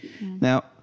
Now